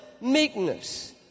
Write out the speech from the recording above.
meekness